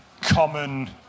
common